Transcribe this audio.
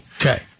Okay